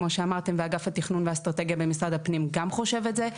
כמו שאמרתם באגף התכנון והאסטרטגיה במשרד הפנים גם חושב את זה.